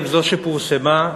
זו שפורסמה,